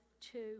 two